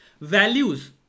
Values